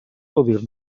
gaudir